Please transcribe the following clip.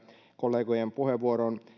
kollegojen puheenvuoroihin